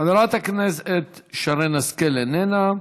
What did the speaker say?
חברת הכנסת שרן השכל איננה.